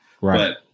Right